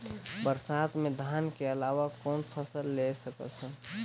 बरसात मे धान के अलावा कौन फसल ले सकत हन?